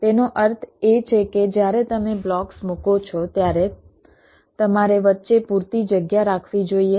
તેનો અર્થ એ છે કે જ્યારે તમે બ્લોક્સ મૂકો છો ત્યારે તમારે વચ્ચે પૂરતી જગ્યા રાખવી જોઈએ